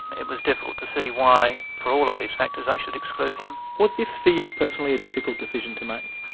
it was difficult to see why for all of these factors i should exclude him. was this, for you personally, a difficult decision to make?